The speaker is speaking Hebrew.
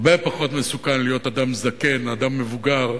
הרבה פחות מסוכן להיות אדם זקן, אדם מבוגר,